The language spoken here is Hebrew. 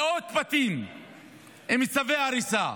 מאות בתים עם צווי הריסה,